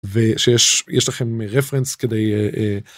ויש לכם רפרנס כדי.